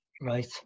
Right